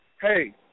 hey